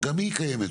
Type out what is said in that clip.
גם היא קיימת,